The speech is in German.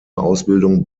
ausbildung